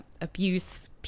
abuse